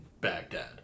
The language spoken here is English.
Baghdad